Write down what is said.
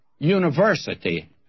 University